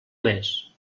més